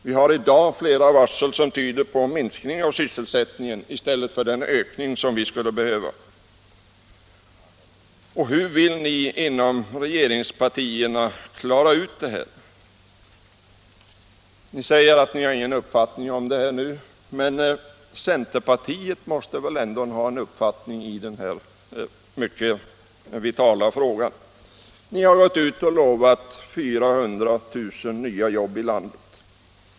Vi har i dag flera varsel som tyder på minskning av sysselsättningen i stället för den ökning vi behöver. Hur vill ni inom regeringspartierna klara detta? Ni säger att ni inte har någon uppfattning om detta nu, men centerpartiet måste väl ändå ha en uppfattning i denna mycket vitala fråga. Ni har lovat 400 000 nya jobb i landet.